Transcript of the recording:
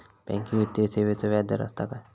Banking वित्तीय सेवाचो व्याजदर असता काय?